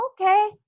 okay